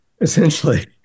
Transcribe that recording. essentially